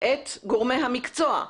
את גורמי המקצוע?